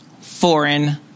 foreign